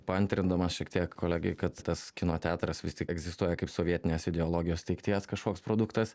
paantrindamas šiek tiek kolegei kad tas kino teatras vis tik egzistuoja kaip sovietinės ideologijos teigties kažkoks produktas